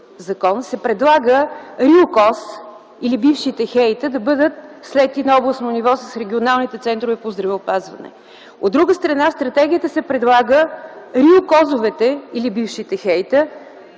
се предлага РИОКОЗ или бившите ХЕИ-та да бъдат слети на областно ниво с регионалните центрове по здравеопазване. От друга страна, в стратегията се предлага РИОКОЗ или бившите ХЕИ-та